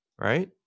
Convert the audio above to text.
right